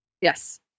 Yes